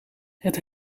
het